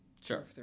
Sure